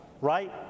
right